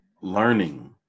learning